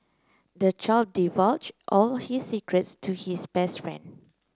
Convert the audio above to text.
the child divulged all his secrets to his best friend